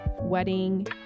wedding